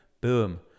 boom